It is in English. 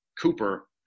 Cooper